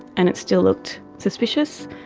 and it still looked suspicious.